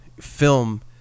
film